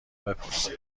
بپرسید